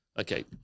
okay